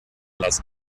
las